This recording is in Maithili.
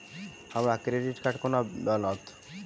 हमरा क्रेडिट कार्ड कोना बनतै?